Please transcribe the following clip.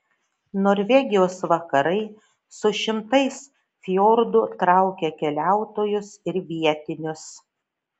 norvegijos vakarai su šimtais fjordų traukia keliautojus ir vietinius